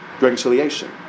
reconciliation